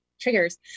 triggers